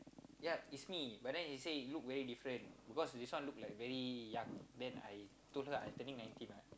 yup is me but then it say it look very different because this one look like very young then I told her I turning nineteen ah